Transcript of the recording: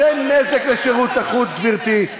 לא, אתה לא, זה נזק לשירות החוץ, גברתי.